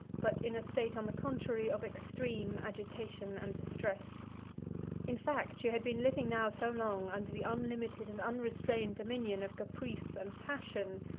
but in a state, on the contrary, of extreme agitation and distress in fact, she had been living now so long under the unlimited and unrestrained dominion of caprice and passion,